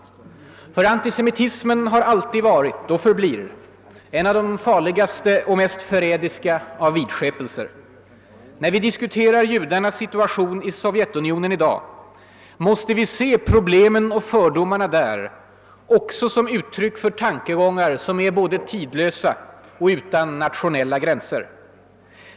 Ty antisemitismen har alltid varit, och förblir, en av de farligaste och mest förrädiska av vidskepelser. När vi diskuterar judarnas situation i Sovjetunionen i dag måste vi se problemen och fördomarna där också som uttryck för tankegångar som är både tidlösa och utan nationella gränser.